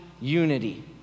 unity